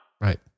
right